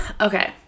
okay